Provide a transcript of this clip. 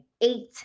eight